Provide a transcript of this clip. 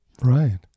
Right